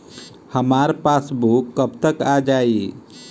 हमार पासबूक कब तक आ जाई?